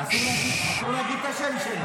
אסור להגיד את השם שלו.